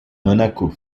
monaco